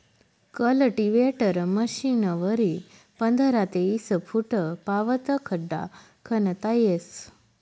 cultivator मशीनवरी पंधरा ते ईस फुटपावत खड्डा खणता येस